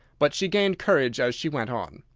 but she gained courage as she went on.